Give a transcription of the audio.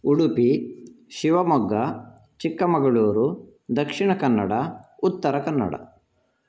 Udupi Shivamogga Chikkamagaluru Dakshina Kannada Uttara Kannada